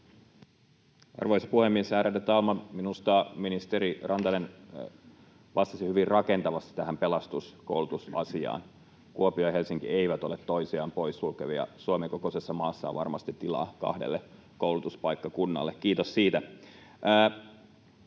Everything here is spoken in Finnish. Arvoisa puhemies, ärade talman! Minusta ministeri Rantanen vastasi hyvin rakentavasti tähän pelastuskoulutusasiaan. Kuopio ja Helsinki eivät ole toisiaan poissulkevia. Suomen kokoisessa maassa on varmasti tilaa kahdelle koulutuspaikkakunnalle. — Kiitos siitä.